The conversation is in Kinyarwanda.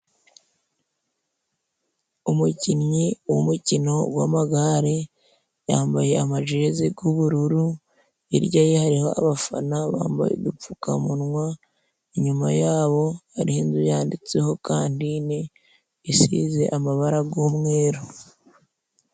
Umukinnyi w'umukino w'amagare yambaye amajeze g'ubururu, hirya ye hariho abafana bambaye udupfukamunwa, inyuma yabo hariho inzu yanditseho kantine isize amabara g'umweru.